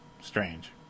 Strange